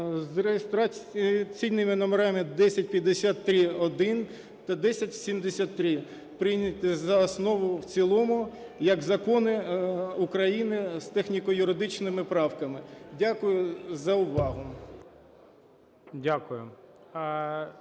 з реєстраційними номерами 1053-1 та 1073 прийняти за основу і в цілому як закони України з техніко-юридичними правками. Дякую за увагу.